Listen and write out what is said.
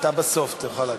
אתה בסוף תוכל להגיד.